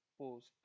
post